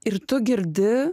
ir tu girdi